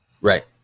right